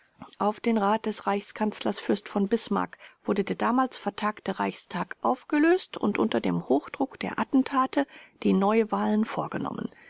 auf den rat des reichskanzlers fürsten v bismarck wurde der damals vertagte reichstag aufgelöst und unter dem hochdruck der attentate die neuwahlen vorgenommen